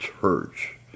Church